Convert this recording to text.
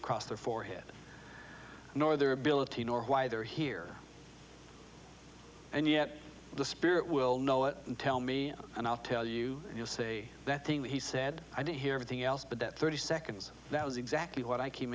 across their forehead nor their ability nor why they're here and yet the spirit will know it tell me and i'll tell you you say that thing that he said i didn't hear anything else but that thirty seconds that was exactly what i came